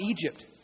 Egypt